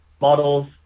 models